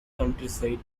countryside